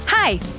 Hi